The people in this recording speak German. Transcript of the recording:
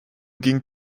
ging